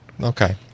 Okay